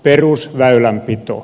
perusväylänpito